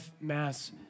Mass